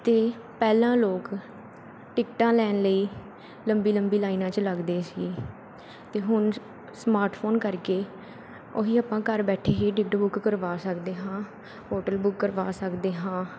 ਅਤੇ ਪਹਿਲਾਂ ਲੋਕ ਟਿਕਟਾਂ ਲੈਣ ਲਈ ਲੰਬੀ ਲੰਬੀ ਲਾਈਨਾਂ 'ਚ ਲੱਗਦੇ ਸੀ ਅਤੇ ਹੁਣ ਸਮਾਟਫੋਨ ਕਰਕੇ ਉਹੀ ਆਪਾਂ ਘਰ ਬੈਠੇ ਹੀ ਟਿੱਕਟ ਬੁੱਕ ਕਰਵਾ ਸਕਦੇ ਹਾਂ ਹੋਟਲ ਬੁੱਕ ਕਰਵਾ ਸਕਦੇ ਹਾਂ